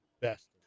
best